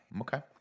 okay